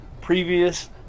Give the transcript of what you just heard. previous